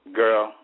girl